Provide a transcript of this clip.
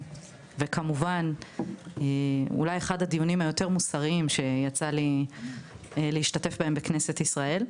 וכמובן אולי אחד הדיונים היותר מוסריים שיצא לי להשתתף בהם בכנסת ישראל.